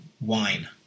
wine